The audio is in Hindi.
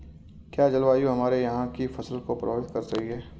क्या जलवायु हमारे यहाँ की फसल को प्रभावित कर रही है?